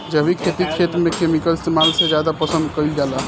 जैविक खेती खेत में केमिकल इस्तेमाल से ज्यादा पसंद कईल जाला